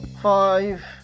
five